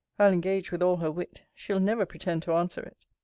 i'll engage, with all her wit, she'll never pretend to answer it.